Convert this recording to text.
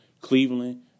Cleveland